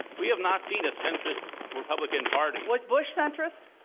we have not seen a centrist republican party. was bush centrist?